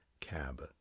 cab